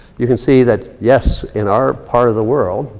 you can see that yes, in our part of the world,